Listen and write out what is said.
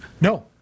No